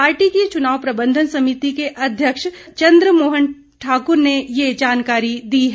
party की चुनाव प्रबंधन समिति के अध्यक्ष चंद्रमोहन ठाकुर ने ये जानकारी दी है